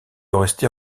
rester